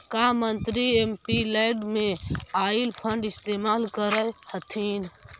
का मंत्री एमपीलैड में आईल फंड इस्तेमाल करअ हथीन